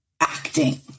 acting